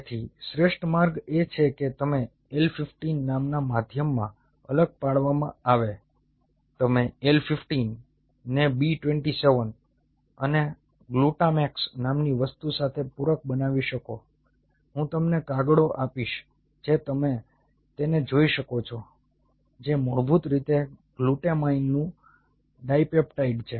તેથી શ્રેષ્ઠ માર્ગ એ છે કે તેમને L 15 નામના માધ્યમમાં અલગ પાડવામાં આવે તમે L 15 ને B 27 અને ગ્લુટામેક્સ નામની વસ્તુ સાથે પૂરક બનાવી શકો હું તમને કાગળો આપીશ જે તમે તેને જોઈ શકો છો જે મૂળભૂત રીતે ગ્લુટામાઇનનું ડાઇપેપ્ટાઇડ છે